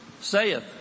saith